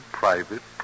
private